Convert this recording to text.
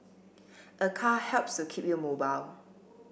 a car helps to keep you mobile